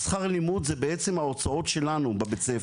השכר לימוד זה בעצם ההוצאות שלנו בבית הספר.